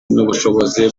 n’ubushobozi